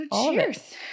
cheers